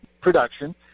production